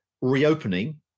reopening